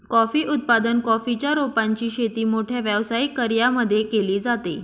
coffee उत्पादन, coffee च्या रोपांची शेती मोठ्या व्यावसायिक कर्यांमध्ये केली जाते